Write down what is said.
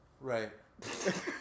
Right